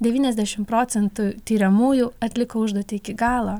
devyniasdešim procentų tiriamųjų atliko užduotį iki galo